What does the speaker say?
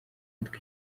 yitwa